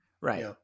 Right